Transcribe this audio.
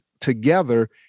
together